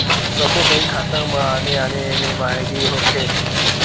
सब्बो बेंक खाता म आने आने एम.एम.आई.डी होथे